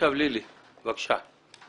עכשיו לילי, בבקשה.